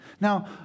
Now